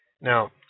Now